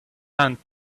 hand